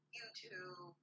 YouTube